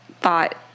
thought